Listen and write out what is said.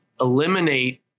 eliminate